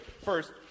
first